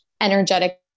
energetic